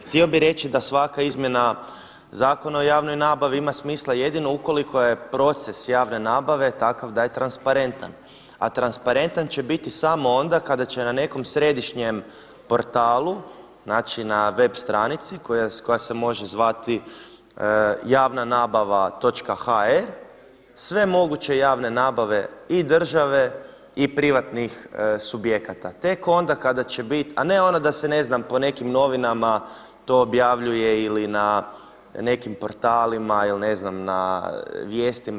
htio bi reći da svaka izmjena Zakon o javnoj nabavi ima smisla jedino ukoliko je proces javne nabave takav da je transparentan, a transparentan će biti samo onda kada će na nekom središnjem portalu znači na web stranici koja se može zvati javna nabava.hr sve moguće javne nabave i države i privatnih subjekata, tek onda kada će biti, a ne ono da se ne znam po nekim novinama to objavljuje ili na nekim portalima ili ne znam na vijestima.